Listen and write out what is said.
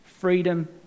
freedom